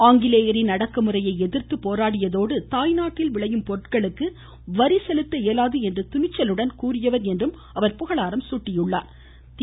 ஆங்கிலேயரின் அடக்குமுறையை எதிர்த்து போராடியதோடு தாய்நாட்டில் விளையும் பொருட்களுக்கு வரி செலுத்த இயலாது என்று துணிச்சலுடன் கூறியவர் என்றும் புகழாரம் சூட்டியுள்ளா்